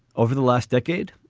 over the last decade,